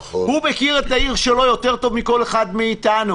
הוא מכיר את העיר שלו יותר טוב מכל אחד מאיתנו.